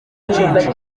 byinshi